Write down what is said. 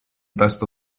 testo